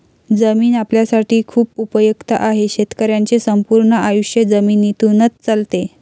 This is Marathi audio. जमीन आपल्यासाठी खूप उपयुक्त आहे, शेतकऱ्यांचे संपूर्ण आयुष्य जमिनीतूनच चालते